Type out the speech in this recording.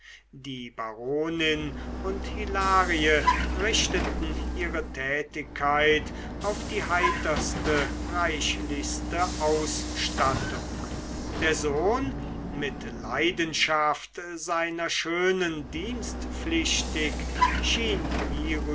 die baronin und hilarie richteten ihre tätigkeit auf die heiterste reichlichste ausstattung der sohn seiner schönen mit leidenschaft dienstpflichtig schien